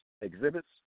exhibits